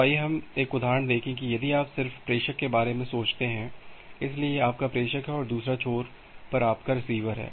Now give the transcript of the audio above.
तो आइए हम एक उदाहरण देखें कि यदि आप सिर्फ प्रेषक के बारे में सोचते हैं इसलिए यह आपका प्रेषक है और दूसरे छोर पर आपके पास रिसीवर है